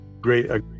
great